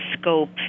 scope